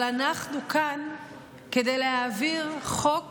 אבל אנחנו כאן כדי להעביר חוק